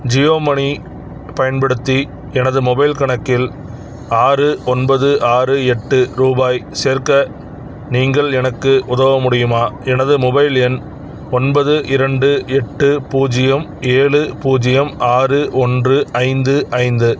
ஜியோமணி பயன்படுத்தி எனது மொபைல் கணக்கில் ஆறு ஒன்பது ஆறு எட்டு ரூபாய் சேர்க்க நீங்கள் எனக்கு உதவ முடியுமா எனது மொபைல் எண் ஒன்பது இரண்டு எட்டு பூஜ்யம் ஏழு பூஜ்யம் ஆறு ஒன்று ஐந்து ஐந்து